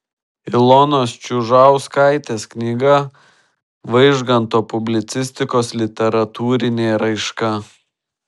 ilonos čiužauskaitės knyga vaižganto publicistikos literatūrinė raiška